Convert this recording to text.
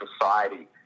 society